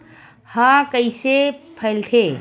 ह कइसे फैलथे?